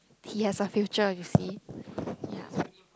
he has a future you see